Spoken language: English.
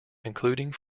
including